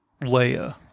Leia